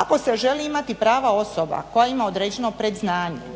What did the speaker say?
Ako se želi imati prava osoba koja ima određeno predznanje,